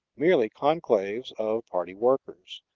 merely conclaves of party workers,